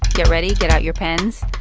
get ready. get out your pens.